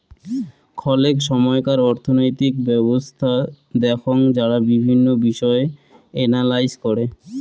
খলেক সময়কার অর্থনৈতিক ব্যবছস্থা দেখঙ যারা বিভিন্ন বিষয় এনালাইস করে